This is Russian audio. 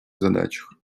задачах